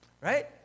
Right